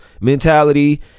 mentality